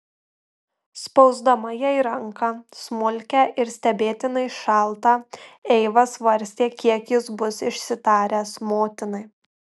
spausdama jai ranką smulkią ir stebėtinai šaltą eiva svarstė kiek jis bus išsitaręs motinai